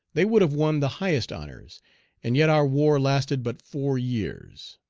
they would have won the highest honors and yet our war lasted but four years.